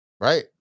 Right